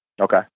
Okay